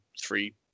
three